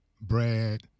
Brad